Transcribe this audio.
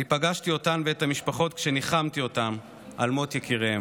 אני פגשתי אותן ואת המשפחות כשניחמתי אותן על מות יקיריהן.